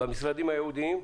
במשרדים הייעודיים,